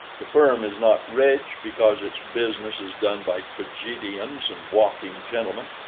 the firm is not rich because its business is done by tragedians and walking-gentlemen,